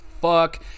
fuck